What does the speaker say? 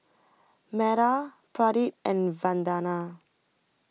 Medha Pradip and Vandana